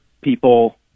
people